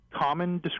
common